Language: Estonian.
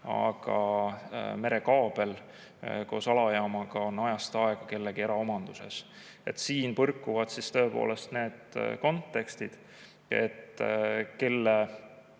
aga merekaabel koos alajaamaga jääb ajast aega kellegi eraomandusse. Siin põrkuvad tõepoolest need kontekstid, et kelle